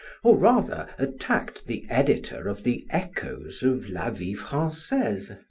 or rather attacked the editor of the echoes of la vie francaise.